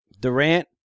Durant